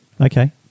okay